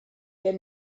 der